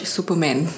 Superman